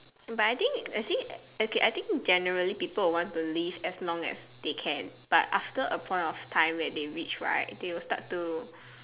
but I think actually okay I think generally people would want to live as long as they can but after a point of time where they reach right they will start to